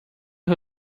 who